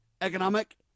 Economic